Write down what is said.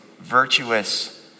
virtuous